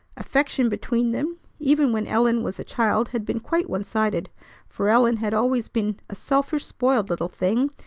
affection between them even when ellen was a child had been quite one-sided for ellen had always been a selfish, spoiled little thing,